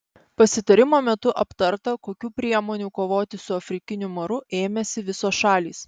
pasitarimo metu aptarta kokių priemonių kovoti su afrikiniu maru ėmėsi visos šalys